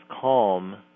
calm